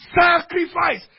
Sacrifice